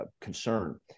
concern